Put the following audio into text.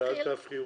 ואל תפריעו,